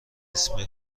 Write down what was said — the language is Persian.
اسم